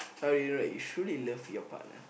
how do you know that you truly love your partner